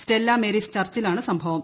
Stella Mary's ചർച്ചിലാണ് സംഭവം